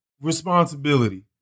responsibility